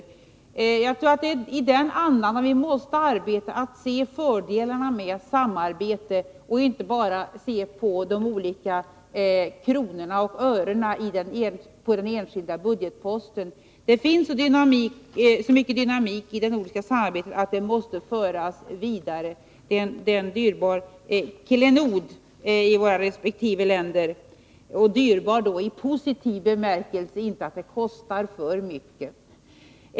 Jag tror att det är i den andan som vi måste arbeta — se fördelarna med samarbete och inte bara se på kronorna och örena på den enskilda budgetposten. Det finns så mycket dynamik i det nordiska samarbetet att det måste föras vidare. Det är en dyrbar klenod i våra resp. länder — dyrbar i positiv bemärkelse, inte i den meningen att det kostar för mycket.